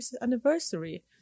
anniversary